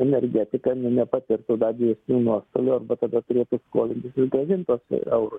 energetika nu nepatirtų dar didesnių nuostolių arba tada turėtų skolintis ir grąžint tuos eurus